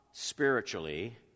spiritually